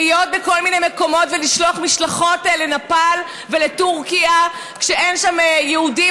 להיות בכל מיני מקומות ולשלוח משלחות לנפאל ולטורקיה כשאין שם יהודים,